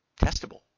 testable